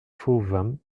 fauvins